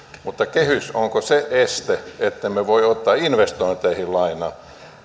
mutta kehys onko se este ettemme voi ottaa investointeihin lainaa